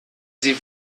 sie